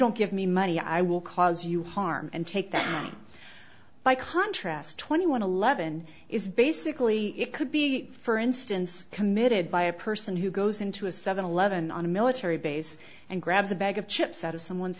don't give me money i will cause you harm and take that by contrast twenty one eleven is basically it could be for instance committed by a person who goes into a seven eleven on a military base and grabs a bag of chips out of someone's